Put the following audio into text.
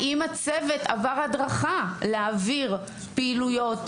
האם הצוות עבר הדרכה להעביר פעילויות